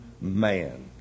man